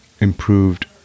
improved